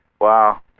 Wow